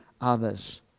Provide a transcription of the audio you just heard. others